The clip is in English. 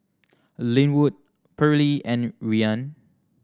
Linwood Pearle and Rian